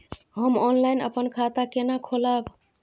हम ऑनलाइन अपन खाता केना खोलाब?